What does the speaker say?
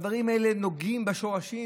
בדברים האלה שנוגעים בשורשים.